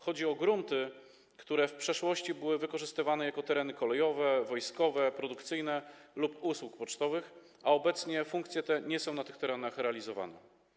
Chodzi o grunty, które w przeszłości były wykorzystywane jako tereny kolejowe, wojskowe, produkcyjne lub usług pocztowych, a obecnie funkcje te nie są na tych terenach realizowane.